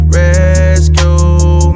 rescue